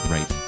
Right